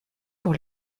pour